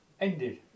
ended